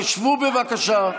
תשבו, בבקשה.